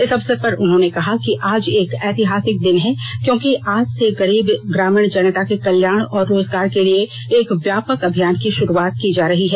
इस अवसर पर उन्होंने कहा कि आज एक ऐतिहासिक दिन है क्योंकि आज से गरीब ग्रामीण जनता के कल्याण और रोजगार के लिए एक व्यापक अभियान की शुरूआत की जा रही है